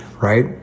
right